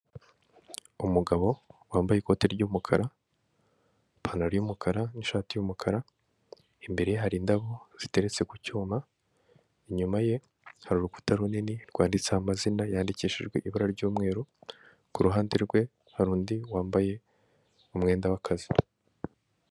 Umugabo wambaye ikoti ry'umukara, ipantaro y'umukara, n'ishati y'umukara, imbere hari indabo ziteretse ku cyuma, inyuma ye hari urukuta runini rwanditseho amazina yandikishijwe ibara ry'umweru, kuruhande rwe hari undi wambaye umwenda w'akazi.